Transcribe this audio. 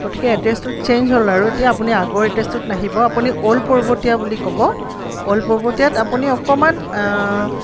গতিকে এড্ৰেচটো চেঞ্জ হ'ল আৰু এতিয়া আপুনি আগৰ এড্ৰেচটোত নাহিব আপুনি অল্ড পৰ্বতীয়া বুলি ক'ব অল্ড পৰ্বতীয়াত আপুনি অকণমান